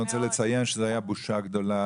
אני רוצה לציין שזו הייתה בושה גדולה